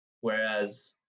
Whereas